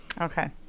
okay